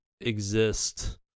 exist